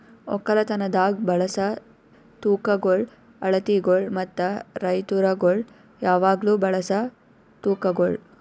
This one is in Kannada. ಒಕ್ಕಲತನದಾಗ್ ಬಳಸ ತೂಕಗೊಳ್, ಅಳತಿಗೊಳ್ ಮತ್ತ ರೈತುರಗೊಳ್ ಯಾವಾಗ್ಲೂ ಬಳಸ ತೂಕಗೊಳ್